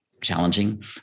challenging